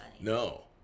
No